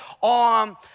on